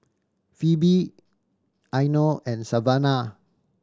Phebe Eino and Savanah